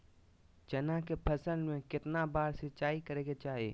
चना के फसल में कितना बार सिंचाई करें के चाहि?